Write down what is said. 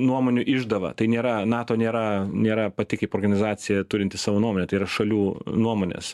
nuomonių išdava tai nėra nato nėra nėra pati kaip organizacija turinti savo nuomonę tai yra šalių nuomonės